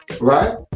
right